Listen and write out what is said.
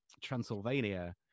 transylvania